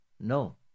No